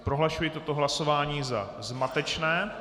Prohlašuji toto hlasování za zmatečné.